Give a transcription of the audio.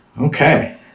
Okay